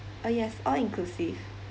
uh yes all inclusive